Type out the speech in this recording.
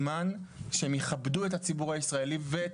אני חושב שהגיע הזמן שהם יכבדו את הציבור הישראלי ואת